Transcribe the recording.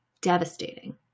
devastating